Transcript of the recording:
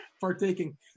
partaking